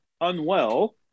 unwell